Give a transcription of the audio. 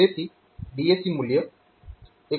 તેથી DAC મૂલ્ય 128 હોવું જોઈએ